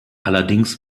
allerdings